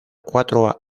cuatro